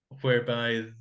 whereby